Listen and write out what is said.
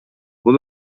бул